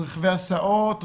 רכבי הסעות,